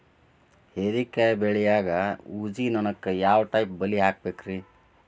ಹೇರಿಕಾಯಿ ಬೆಳಿಯಾಗ ಊಜಿ ನೋಣಕ್ಕ ಯಾವ ಟೈಪ್ ಬಲಿ ಹಾಕಬೇಕ್ರಿ?